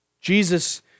Jesus